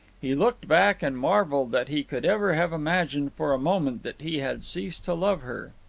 he looked back and marvelled that he could ever have imagined for a moment that he had ceased to love her.